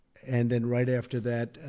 and then right after that,